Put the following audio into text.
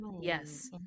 Yes